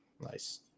Nice